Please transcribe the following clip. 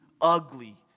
ugly